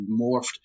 morphed